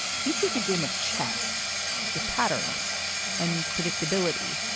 he sees a game of chess with patterns and predictability